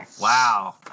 Wow